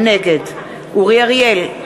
נגד אורי אריאל,